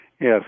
Yes